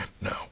No